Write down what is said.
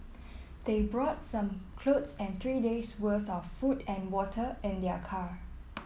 they brought some clothes and three day's worth of food and water in their car